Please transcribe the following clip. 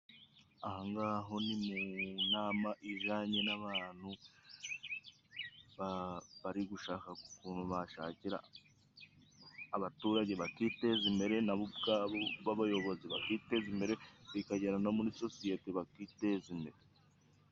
Aha ng'aha ho ni mu nama ijanye n'abantu ba bari gushaka ukuntu bashakira abaturage bakiteza imbere, nabo ubwabo b'abayobozi bakiteza imbere, bikagera no muri sosiyete bakiteza imbere.